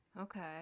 Okay